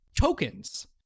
tokens